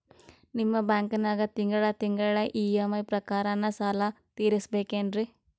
ನಿಮ್ಮ ಬ್ಯಾಂಕನಾಗ ತಿಂಗಳ ತಿಂಗಳ ಇ.ಎಂ.ಐ ಪ್ರಕಾರನ ಸಾಲ ತೀರಿಸಬೇಕೆನ್ರೀ?